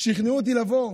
שכנעו אותי לבוא,